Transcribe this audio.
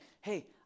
hey